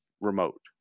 remote